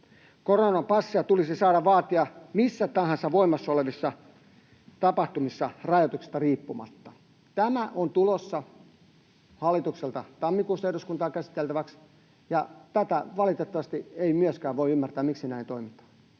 Koronapassia tulisi saada vaatia missä tahansa voimassa olevissa tapahtumissa rajoituksista riippumatta. Tämä on tulossa hallitukselta tammikuussa eduskuntaan käsiteltäväksi, ja tätä valitettavasti ei myöskään voi ymmärtää, miksi näin toimitaan.